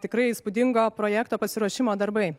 tikrai įspūdingo projekto pasiruošimo darbai